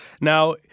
Now